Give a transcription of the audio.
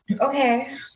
Okay